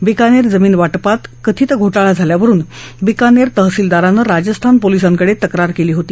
बिकानेर जमीन वाटपात कथित घोटाळा झाल्यावरुन बिकानेर तहसीलदारानं राजस्थान पोलिसांकडे तक्रार केली होती